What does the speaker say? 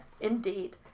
indeed